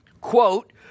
quote